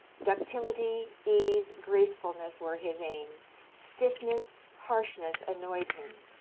ductility, ease, gracefulness were his aim stiffness, harshness annoyed him.